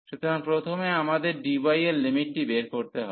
সুতরাং প্রথমে আমাদের dy এর লিমিটটি বের করতে হবে